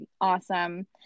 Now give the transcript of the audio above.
awesome